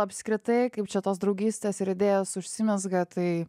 apskritai kaip čia tos draugystės ir idėjos užsimezga tai